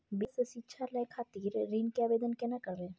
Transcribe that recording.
विदेश से शिक्षा लय खातिर ऋण के आवदेन केना करबे?